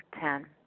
ten